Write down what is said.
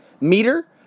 meter